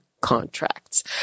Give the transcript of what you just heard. contracts